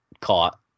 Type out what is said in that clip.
caught